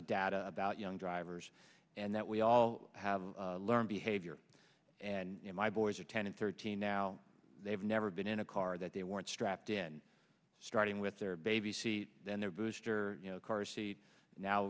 data about young drivers and that we all have learned behavior and you know my boys are ten and thirteen now they have never been in a car that they weren't strapped in starting with their baby seat then their booster you know car seat now